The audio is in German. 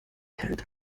hält